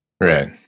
Right